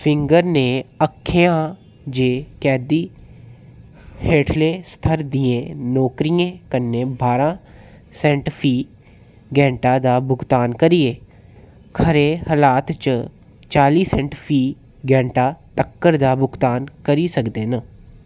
finger ने आखेआ जे कैदी हेठले स्तर दियें नौकरियें कन्नै बारां सेंट फी घैंटा दा भुगतान करियै खरे हलात च चाली सेंट फी घैंटा तक्कर दा भुगतान करी सकदे न